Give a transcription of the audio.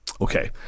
Okay